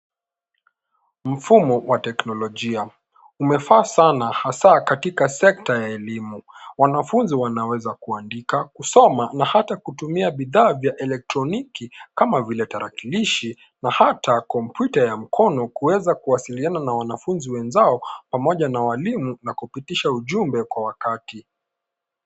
Mfumo wa teknolojia umefaa sana hasa katika sekta ya elimu. Wanafunzi wanaweza kuandika, kusoma na hata kutumia bidhaa za elektroniki kama vile tarakilishi na hata kompyuta ya mkono kuweza kuwasiliana na wanafunzi wenzao na hata walimu na kupitisha ujumbe kwa wakati.